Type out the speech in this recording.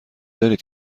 دارید